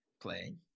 playing